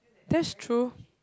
that's true